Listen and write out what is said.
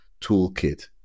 toolkit